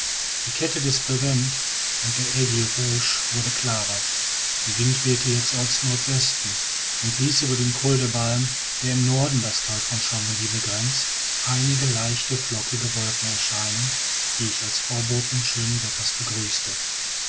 die kette des brevent und der aiguilles rouges wurde klarer der wind wehte jetzt aus nordwesten und ließ über dem col de balme der im norden das thal von chamouni begrenzt einige leichte flockige wolken erscheinen die ich als vorboten schönen wetters begrüßte